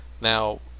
Now